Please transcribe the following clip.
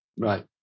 Right